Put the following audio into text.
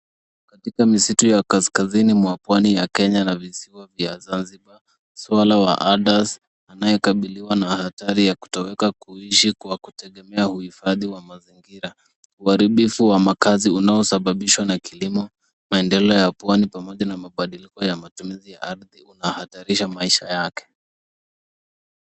Katika misitu ya kaskazini mwa pwani ya Kenya na visiwa vya Zanzibar swara wa Aders' anayekabiliwa na hatari ya kutoweka kuishi kwa kutegemea uhifadhi wa mazingira. Uharibifu wa makazi unaosababishwa na kilimo, maendeleo ya pwani pamoja na mabadiliko ya matumizi ya ardhi unahatarisha maisha yake.